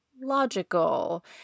logical